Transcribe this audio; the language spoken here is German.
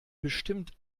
bestimmt